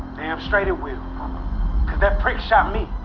damn straight, it will, cause that prick shot me.